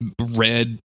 red